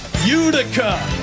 Utica